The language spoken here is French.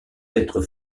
être